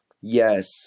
Yes